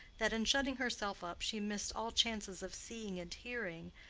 that in shutting herself up she missed all chances of seeing and hearing,